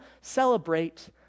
celebrate